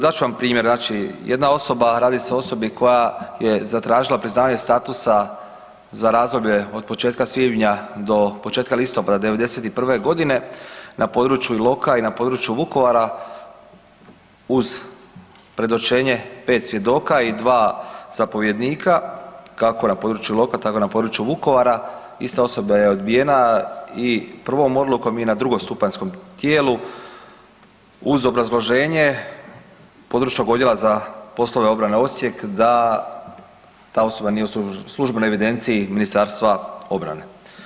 Dat ću vam primjer, znači, jedna osoba, radi se o osobi koja je zatražila priznavanje statusa za priznavanje statusa za razdoblje od početka svibnja do početka svibnja do početka listopada 91. godine na području Iloka i na području Vukovara uz predočenje 5 svjedoka i 2 zapovjednika kako na području Iloka tako na području Vukovara ista osoba je odbijena i prvom odlukom i na drugostupanjskom tijelu uz obrazloženje područnog odjela za poslove obrane Osijek da ta osoba nije u službenoj evidenciji Ministarstva obrane.